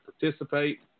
participate